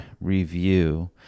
review